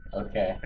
Okay